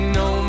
no